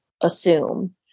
assume